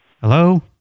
Hello